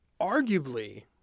arguably